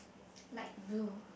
light blue